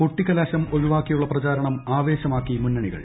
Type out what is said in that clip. കൊട്ടിക്കലാശം ഒഴിവാക്കിയുള്ള പ്രചാരണം ആവേശമാക്കി മുന്നണികൾ